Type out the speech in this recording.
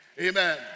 amen